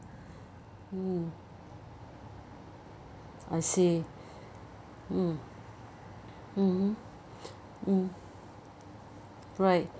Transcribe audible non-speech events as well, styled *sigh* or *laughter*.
*breath* mm I see mm mmhmm *breath* mm right